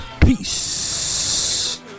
Peace